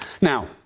Now